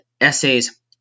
Essays